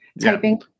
Typing